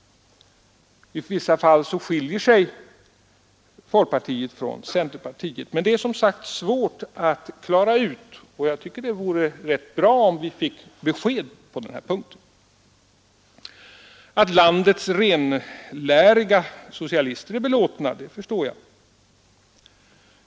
I vissa fall skiljer sig folkpartiet från centerpartiet. Men det är som sagt svårt att klara ut, och jag tycker det vore bra, om vi fick besked på den här punkten. Att landets renläriga socialister är belåtna förstår jag.